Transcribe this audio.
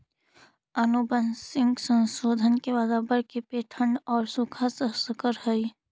आनुवंशिक संशोधन के बाद रबर के पेड़ ठण्ढ औउर सूखा सह सकऽ हई